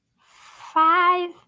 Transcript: five